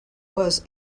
was